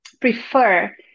prefer